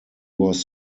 was